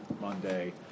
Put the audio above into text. Monday